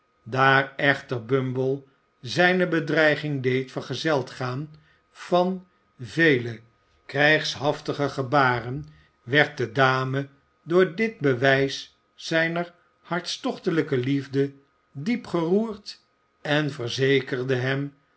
daar echter bumble zijne bedreiging deed vergezeld gaan van vele krijgshaftige gebaren werd de dame door dit bewijs zijner hartstochtelijke liefde diep geroerd en verzekerde hem